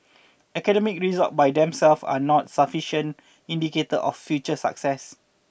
academic result by themselves are not a sufficient indicator of future success